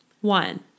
One